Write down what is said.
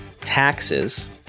taxes